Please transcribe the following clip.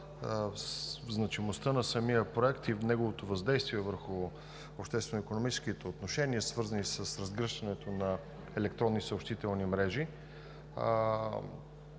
значимостта на самия проект и неговото въздействие върху обществено-икономическите отношения, свързани с разгръщането на електронни съобщителни мрежи.